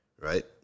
right